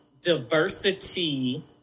diversity